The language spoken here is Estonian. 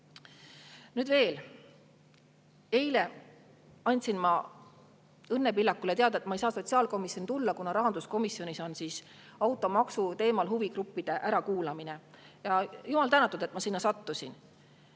Nüüd veel. Eile andsin ma Õnne Pillakule teada, et ma ei saa sotsiaalkomisjoni tulla, kuna rahanduskomisjonis on automaksu teemal huvigruppide ärakuulamine. Jumal tänatud, et ma sinna sattusin.